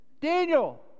Daniel